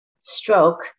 stroke